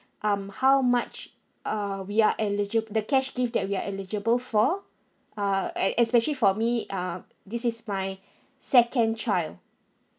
um how much uh we are eligible the cash gift that we are eligible for uh e~ especially for me uh this is my second child